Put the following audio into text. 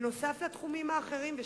נוסף על התחומים האחרים?